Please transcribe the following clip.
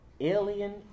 alien